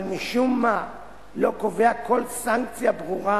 אבל משום מה לא קובע כל סנקציה ברורה